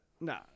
No